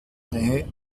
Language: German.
nähe